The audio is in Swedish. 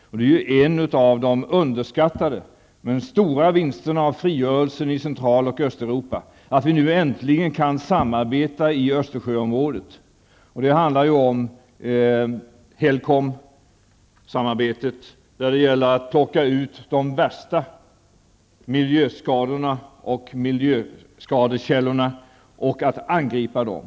En av de underskattade men stora vinsterna av frigörelsen i Central och Östeuropa är ju att vi nu äntligen kan samarbeta i Östersjöområdet. Det blir ett samarbete som syftar till att plocka ut de värsta miljöskadorna och miljöskadekällorna och att angripa dem.